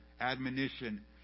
admonition